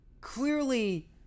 clearly